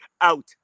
Out